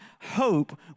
hope